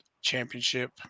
championship